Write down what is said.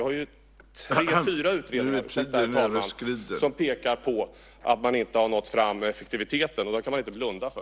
Vi har ju tre eller fyra utredningar som pekar på att man inte har nått fram med effektiviteten. Dem kan man inte blunda för.